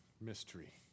mystery